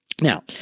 Now